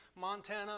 Montana